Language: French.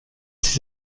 ses